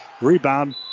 Rebound